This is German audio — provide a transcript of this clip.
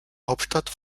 hauptstadt